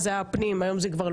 אז זה היה פנים והיום זה לאומי,